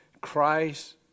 Christ